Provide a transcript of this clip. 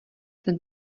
ten